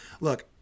Look